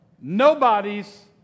nobody's